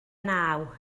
naw